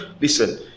Listen